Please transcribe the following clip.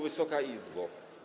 Wysoka Izbo!